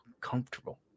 comfortable